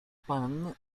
pan